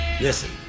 Listen